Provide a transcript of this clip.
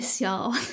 y'all